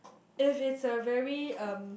if it's a very um